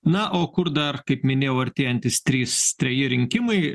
na o kur dar kaip minėjau artėjantys trys treji rinkimai